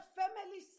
family